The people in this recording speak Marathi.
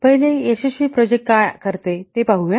पहिले यशस्वी प्रोजेक्ट काय करते ते पाहूया